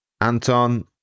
Anton